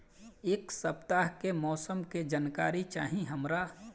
एक सपताह के मौसम के जनाकरी चाही हमरा